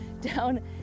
down